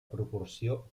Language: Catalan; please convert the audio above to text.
proporció